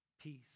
peace